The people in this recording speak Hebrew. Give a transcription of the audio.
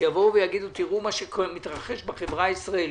שיבואו ויגידו תראו מה שמתרחש בחברה הישראלית,